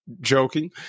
joking